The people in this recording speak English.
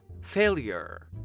failure